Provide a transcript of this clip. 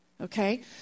okay